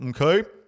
okay